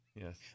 Yes